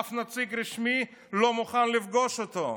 אף נציג רשמי לא מוכן לפגוש אותו,